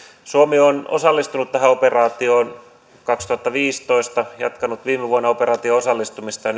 suomi on osallistunut tähän operaatioon kaksituhattaviisitoista jatkanut viime vuonna operaatioon osallistumista